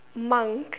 monk